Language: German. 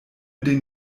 den